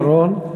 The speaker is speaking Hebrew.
משפט אחרון.